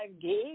gig